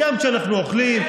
גם כשאנחנו אוכלים,